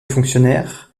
fonctionnaires